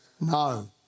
no